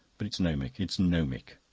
but it's gnomic, it's gnomic.